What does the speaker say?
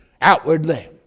outwardly